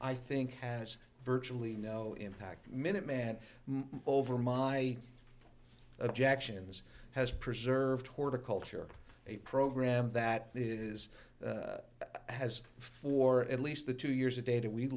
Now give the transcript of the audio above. i think has virtually no impact minuteman over my objections has preserved horticulture a program that is has for at least the two years of data we